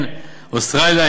אוסטרליה,